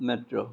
metro